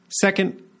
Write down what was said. Second